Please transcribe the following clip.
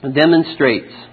demonstrates